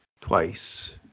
Twice